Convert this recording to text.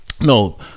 no